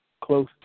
close